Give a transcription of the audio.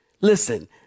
Listen